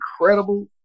incredible